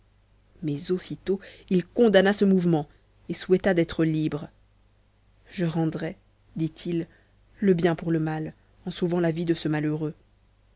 mais aussitôt il condamna ce mouvement et souhaita d'être libre je rendrais dit-il le bien pour le mal en sauvant la vie de ce malheureux